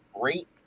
great